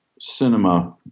Cinema